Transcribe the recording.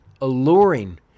alluring